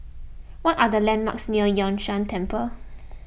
what are the landmarks near Yun Shan Temple